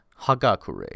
Hagakure